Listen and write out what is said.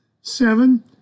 Seven